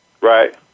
Right